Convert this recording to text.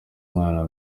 umwana